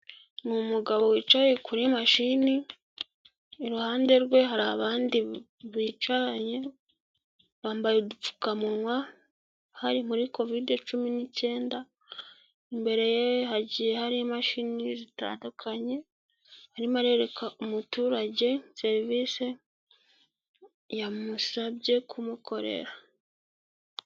Ni umugabo wicaye kuri mashini, iruhande rwe hari abandi bicaranye, bambaye udupfukamunwa, hari muri Kovide cumi n'icyenda, imbere hagiye hari imashini zitandukanye, arimo arerereka umuturage serivisi yamusabye kumukorera.